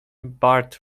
burt